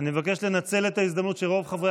אני מבקש לנצל את ההזדמנות שרוב חברי